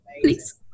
please